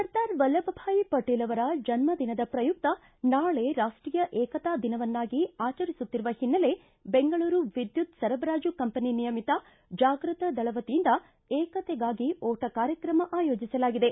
ಸರ್ದಾರ್ ವಲ್ಲಭಬಾಯ್ ಪಟೇಲ್ ಅವರ ಜನ್ಮ ದಿನದ ಪ್ರಯುಕ್ತ ನಾಳೆ ರಾಷ್ಟೀಯ ಏಕತಾ ದಿನವನ್ನಾಗಿ ಆಚರಿಸುತ್ತಿರುವ ಹಿನ್ನೆಲೆ ಬೆಂಗಳೂರು ವಿದ್ಯುತ್ ಸರಬರಾಜು ಕಂಪನಿ ನಿಯಮಿತ ಜಾಗೃತದಳ ವತಿಯಿಂದ ಏಕತೆಗಾಗಿ ಓಟ ಕಾರ್ಯಕ್ರಮ ಆಯೋಜಿಸಲಾಗಿದೆ